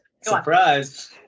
Surprise